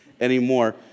anymore